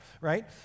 right